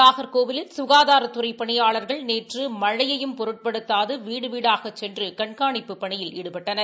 நாகர்கோவிலில் சுகாதாரத்துறை பணியாளர்கள் நேற்று மழையையும் பொருட்படுத்தாது வீடு வீடாகச் சென்று கண்காணிப்புப் பணியில் ஈடுபட்டனர்